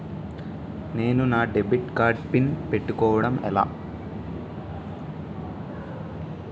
నేను నా debit card PIN పెట్టుకోవడం ఎలా?